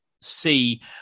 see